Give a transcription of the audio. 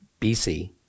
BC